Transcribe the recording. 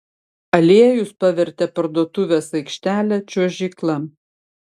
aliejus pavertė parduotuvės aikštelę čiuožykla